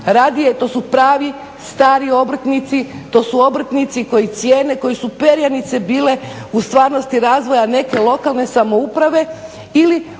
radije, to su pravi, stari obrtnici, to su obrtnici koji cijene, koji su perjanice bile u stvarnosti razvoja neke lokalne samouprave ili